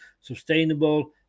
sustainable